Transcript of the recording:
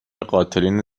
قاتلین